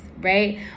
right